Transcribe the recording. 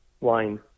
Wine